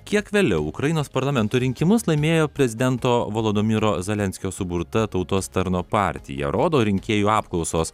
kiek vėliau ukrainos parlamento rinkimus laimėjo prezidento volodymyro zelenskio suburta tautos tarno partija rodo rinkėjų apklausos